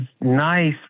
nice